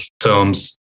films